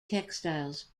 textiles